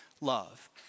love